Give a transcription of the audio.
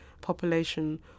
population